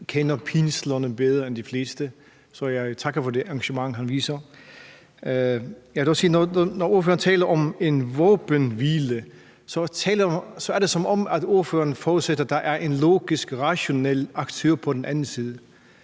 han kender pinslerne bedre end de fleste, så jeg takker for det engagement, han viser. Jeg vil dog sige, at når ordføreren taler om en våbenhvile, er det, som om ordføreren forudsætter, at der er en logisk, rationel aktør på den anden side.